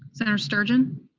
senator sturgeon?